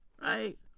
Right